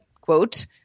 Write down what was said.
quote